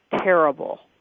terrible